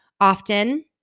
often